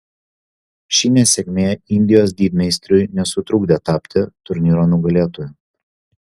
ši nesėkmė indijos didmeistriui nesutrukdė tapti turnyro nugalėtoju